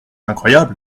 incroyable